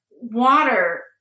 water